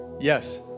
Yes